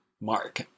mark